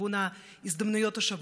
לכיוון ההזדמנויות השוות,